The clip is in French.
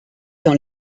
dans